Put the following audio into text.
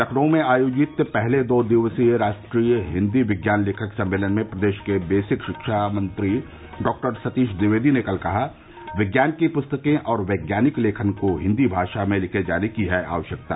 लखनऊ में आयोजित पहले दो दिवसीय राष्ट्रीय हिन्दी विज्ञान लेखक सम्मेलन में प्रदेश के बेसिक रिक्षा मंत्री डॉक्टर सतीश द्विवेदी ने कल कहा विज्ञान की पुस्तकें और वैज्ञानिक लेखन को हिन्दी भाषा में लिखे जाने की है आवश्यकता